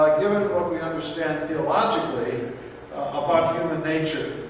given what we understand theologically about human nature.